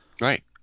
right